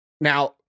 Now